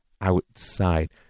outside